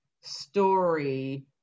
story